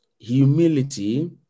Humility